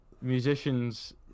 musicians